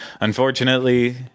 unfortunately